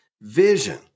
Vision